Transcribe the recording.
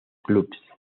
clubes